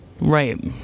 Right